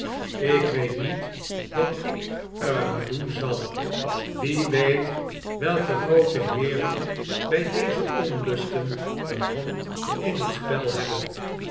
ik weet niet wat ik er aan doen zal wie weet welke groote heeren bij deze onlusten de hand in het spel hebben